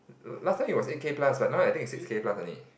last time it was eight K plus but now I think is six K plus only